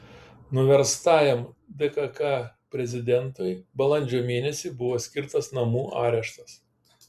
nuverstajam dkk prezidentui balandžio mėnesį buvo skirtas namų areštas